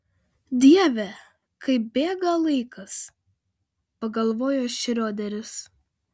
dieve kaip bėga laikas pagalvojo šrioderis